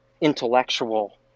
intellectual